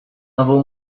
nową